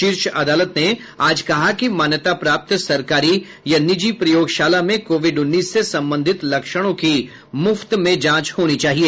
शीर्ष अदालत ने आज कहा कि मान्यता प्राप्त सरकारी या निजी प्रयोगशाला में कोविड उन्नीस से संबंधित लक्षणों की मुफ्त में जांच होनी चाहिए